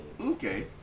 Okay